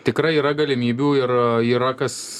tikrai yra galimybių ir yra kas